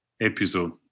episode